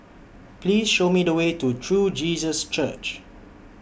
Please Show Me The Way to True Jesus Church